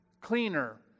cleaner